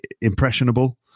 impressionable